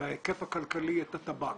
בהיקף הכלכלי את הטבק.